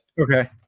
okay